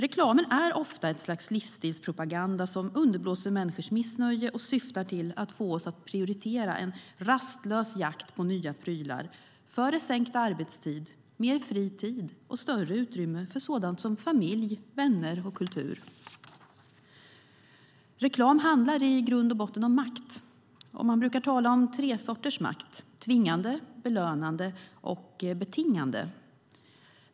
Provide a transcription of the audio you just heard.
Reklamen är ofta ett slags livsstilspropaganda som underblåser människors missnöje och syftar till att få oss att prioritera en rastlös jakt på nya prylar före sänkt arbetstid, mer fri tid och större utrymme för sådant som familj, vänner och kultur. Reklam handlar i grund och botten om makt. Man brukar tala om tre sorters makt: tvingande, belönande och betingande.